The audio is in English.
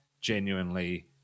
genuinely